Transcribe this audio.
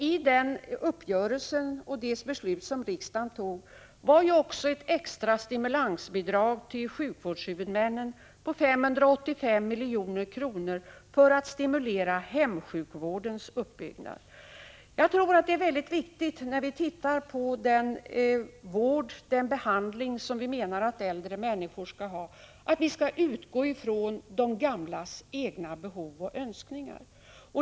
I Dagmaruppgörelsen och i det beslut som riksdagen fattade ingick också ett extra stimulansbidrag till sjukvårdshuvudmännen på 585 milj.kr. för att stimulera hemsjukvårdens uppbyggnad. När vi tittar på den vård och den behandling som vi menar att äldre människor skall ha tror jag att det är mycket viktigt att vi utgår ifrån de gamlas egna behov och önskningar.